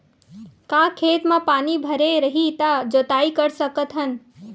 का खेत म पानी भरे रही त जोताई कर सकत हन?